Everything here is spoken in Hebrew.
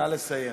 נא לסיים.